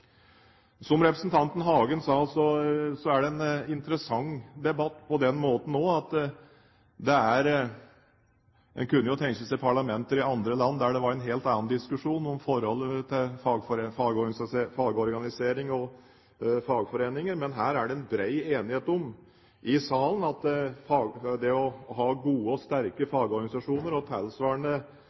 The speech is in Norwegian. Som representanten Hagen sa, er dette en interessant debatt nå på den måten at en jo kunne tenke seg parlamenter i andre land der det var en helt annen diskusjon om forholdet til fagorganisering og fagforeninger. Men her er det en bred enighet i salen om at det å ha gode og sterke fagorganisasjoner og tilsvarende